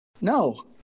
no